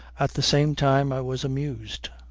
at the same time i was amused.